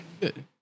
good